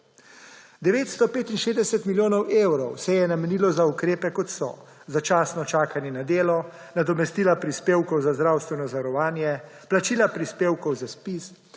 965 milijonov evrov se je namenilo za ukrepe, kot so: začasno čakanje na delo, nadomestila prispevkov za zdravstveno zavarovanje, plačila prispevkov za ZPIZ,